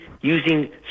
using